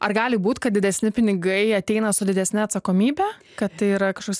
ar gali būt kad didesni pinigai ateina su didesne atsakomybe kad tai yra kažkoks